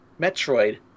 Metroid